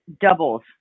doubles